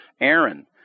Aaron